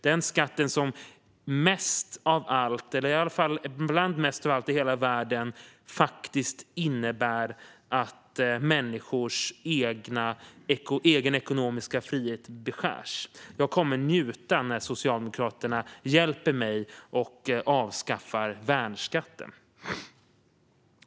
Den skatt som är bland det som mest av allt i hela världen innebär att människors egen ekonomiska frihet beskärs. Jag kommer att njuta när Socialdemokraterna hjälper mig att avskaffa värnskatten.